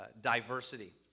diversity